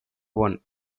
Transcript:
one